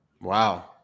Wow